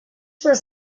was